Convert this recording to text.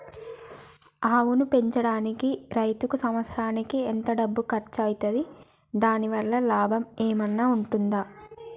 ఆవును పెంచడానికి రైతుకు సంవత్సరానికి ఎంత డబ్బు ఖర్చు అయితది? దాని వల్ల లాభం ఏమన్నా ఉంటుందా?